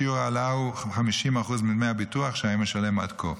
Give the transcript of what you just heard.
שיעור ההעלאה הוא 50% מדמי הביטוח שהיה משלם עד כה.